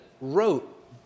wrote